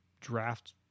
draft